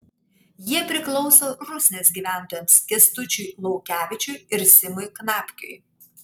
jie priklauso rusnės gyventojams kęstučiui laukevičiui ir simui knapkiui